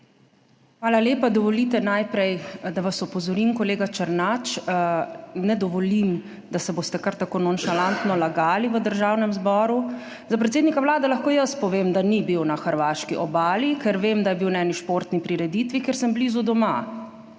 Hvala lepa. Dovolite najprej, da vas opozorim, kolega Černač, ne dovolim, da boste kar tako nonšalantno lagali v Državnem zboru. Za predsednika Vlade lahko jaz povem, da ni bil na hrvaški obali, ker vem, da je bil na neki športni prireditvi, ker sem blizu doma.